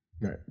Right